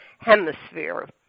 hemisphere